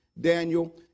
Daniel